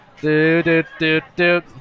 Do-do-do-do